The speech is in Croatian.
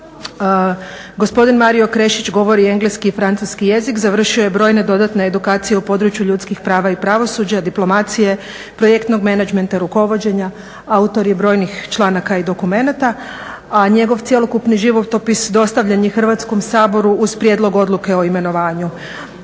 Gospodin Mario Krešić govori engleski i francuski jezik, završio je brojne dodatne edukacije u području ljudskih prava i pravosuđa, diplomacije, projektnog menadžmenta, rukovođenja, autor je brojnih članaka i dokumenata, a njegov cjelokupni životopis dostavljen je Hrvatskom saboru uz prijedlog odluke o imenovanju.